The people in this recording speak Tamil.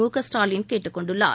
முகஸ்டாலின் கேட்டுக் கொண்டுள்ளார்